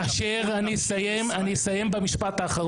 אני אסיים במשפט האחרון